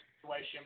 situation